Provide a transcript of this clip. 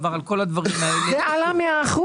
זה עלה ב-100%.